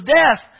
death